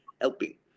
helping